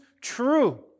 true